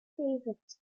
favorites